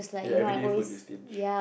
ya everyday food you stinge